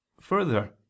further